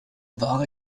wahre